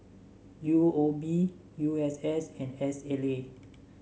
U O B U S S and S L A